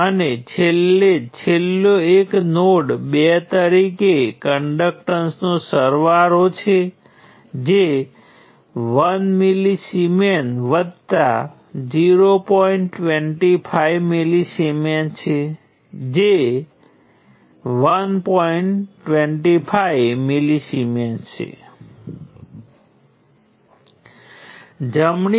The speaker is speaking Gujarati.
હવે આ કરંટ નોડ 1 થી નોડ 2 તરફ વહે છે તેથી દેખીતી રીતે આ રેઝિસ્ટરને અનુરૂપ એન્ટ્રીઓ નોડ 1 માટે આ સમીકરણમાં અને નોડ 2 માટે આ સમીકરણમાં દેખાશે